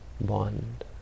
bond